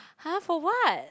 !huh! for what